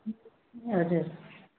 हजुर